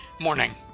Morning